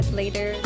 later